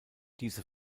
diese